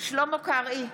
שלמה קרעי,